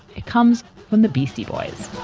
it comes from the beastie boys